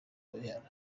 ibihano